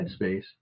headspace